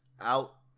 out